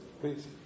Please